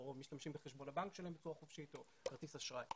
משתמשים בחשבון הבנק שלהם בצורה חופשית או כרטיס אשראי,